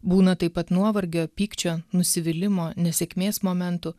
būna taip pat nuovargio pykčio nusivylimo nesėkmės momentu